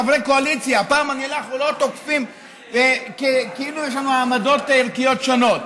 חברי קואליציה: הפעם אנחנו לא תוקפים כאילו יש לנו עמדות ערכיות שונות,